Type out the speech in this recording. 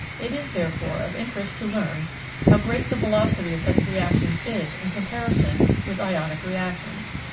it is, therefore, of interest to learn how great the velocity of such reactions is in comparison with ionic reactions.